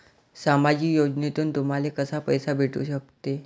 सामाजिक योजनेतून तुम्हाले कसा पैसा भेटू सकते?